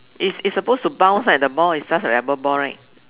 it's it's supposed to bounce right the ball is just a rubber ball right